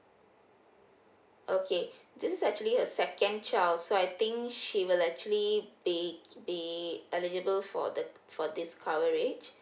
okay this is actually her second child so I think she will actually be be eligible for the for this coverage